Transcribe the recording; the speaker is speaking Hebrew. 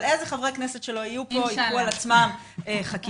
אבל חברי הכנסת שיהיו פה ייקחו על עצמם חקיקה,